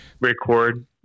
record